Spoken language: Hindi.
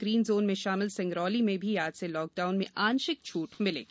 ग्रीन जोन में शामिल सिंगरौली में भी आज से लॉकडाउन में आंशिक छूट मिलेगी